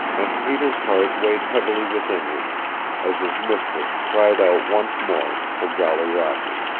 and peter's heart weighed heavily within him as his mistress cried out once more for jolly roger.